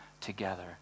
together